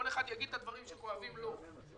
כל אחד יגיד את הדברים שכואבים לו.